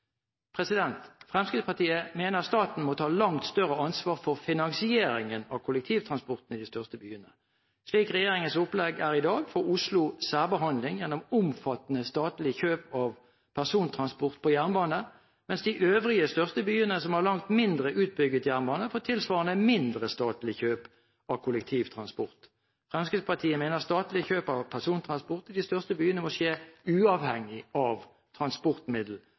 Fremskrittspartiet mener staten må ta langt større ansvar for finansieringen av kollektivtransporten i de største byene. Slik regjeringens opplegg er i dag, får Oslo særbehandling gjennom omfattende statlig kjøp av persontransport på jernbane, mens de øvrige største byene, som har langt mindre utbygget jernbane, får tilsvarende mindre statlig kjøp av kollektivtransport. Fremskrittspartiet mener statlig kjøp av persontransport i de største byene må skje uavhengig av transportmiddel.